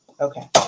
okay